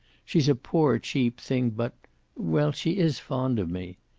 she's a poor, cheap thing, but well, she is fond of me.